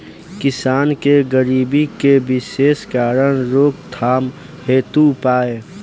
किसान के गरीबी के विशेष कारण रोकथाम हेतु उपाय?